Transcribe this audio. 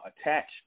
attach